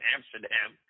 Amsterdam